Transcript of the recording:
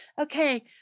Okay